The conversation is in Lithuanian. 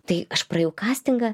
tai aš praėjau kastingą